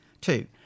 Two